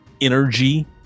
energy